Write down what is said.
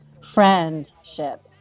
friendship